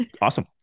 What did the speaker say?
Awesome